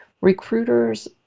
Recruiters